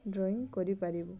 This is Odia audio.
ଡ୍ରଇଂ କରିପାରିବୁ